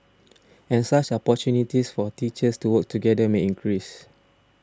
and such opportunities for teachers to work together may increase